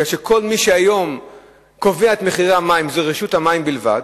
כי מי שהיום קובע את מחירי המים זה רשות המים בלבד,